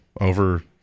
over